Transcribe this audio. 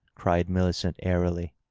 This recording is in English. cried milliceut airily.